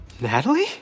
Natalie